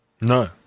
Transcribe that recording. No